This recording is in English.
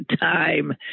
Time